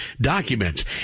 documents